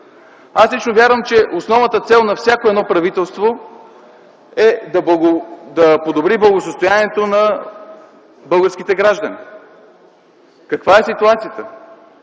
Аз лично вярвам, че основната цел на всяко правителство е да подобри благосъстоянието на българските граждани. Каква е ситуацията?